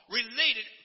related